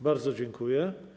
Bardzo dziękuję.